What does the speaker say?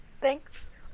Thanks